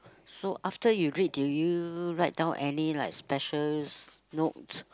so after you read do you write down any like specials note